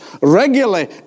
regularly